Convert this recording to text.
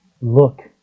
look